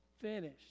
finished